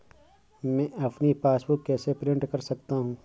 मैं अपनी पासबुक कैसे प्रिंट कर सकता हूँ?